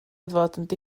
eisteddfod